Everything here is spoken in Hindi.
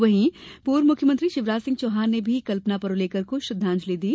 वहीं पूर्व मुख्यमंत्री शिवराज सिंह चौहान ने भी कल्पना परूलेकर को श्रद्वांजलि अर्पित की